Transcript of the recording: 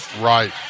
Right